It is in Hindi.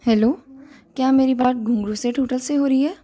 हैलो क्या मेरी बात घुँघरू सेठ होटल से हो रही है